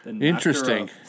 Interesting